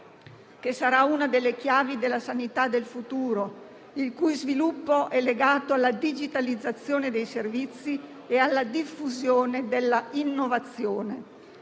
che sarà una delle chiavi della sanità del futuro, il cui sviluppo è legato alla digitalizzazione dei servizi e alla diffusione dell'innovazione.